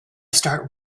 start